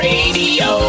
Radio